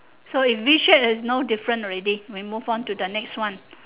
so if V shape it's no different already we move on to the next one